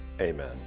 amen